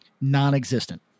non-existent